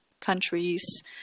countries